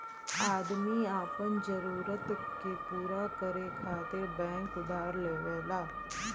आदमी आपन जरूरत के पूरा करे खातिर बैंक उधार लेवला